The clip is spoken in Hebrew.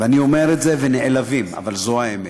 ואני אומר את זה ונעלבים, אבל זאת האמת,